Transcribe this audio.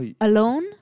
alone